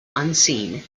unseen